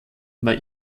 war